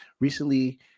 recently